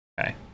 Okay